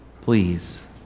Please